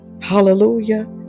hallelujah